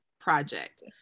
project